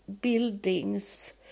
buildings